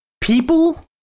people